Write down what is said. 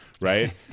Right